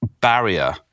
barrier